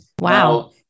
Wow